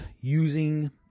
using